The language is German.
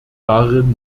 darin